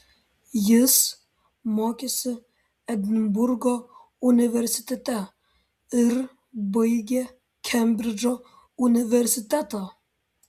jis mokėsi edinburgo universitete ir baigė kembridžo universitetą